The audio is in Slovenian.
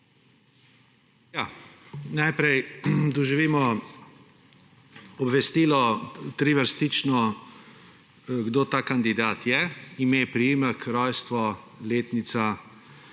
najprej doživimo obvestilo, trivrstično, kdo ta kandidat je – ime, priimek, rojstvo, letnica